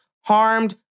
harmed